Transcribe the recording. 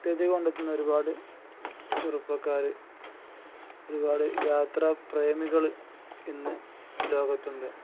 ഉത്തേജകം കണ്ടെത്തുന്ന ഒരുപാട് ചെറുപ്പക്കാർ ഒരുപാട് യാത്രാ പ്രേമികൾ ഇന്ന് ലോകത്തുണ്ട്